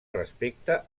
respecte